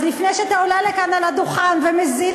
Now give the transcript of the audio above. אז לפני שאתה עולה לכאן על הדוכן ומזיל